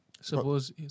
Suppose